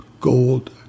gold